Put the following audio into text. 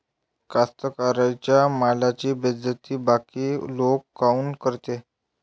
कास्तकाराइच्या मालाची बेइज्जती बाकी लोक काऊन करते?